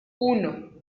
uno